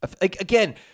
Again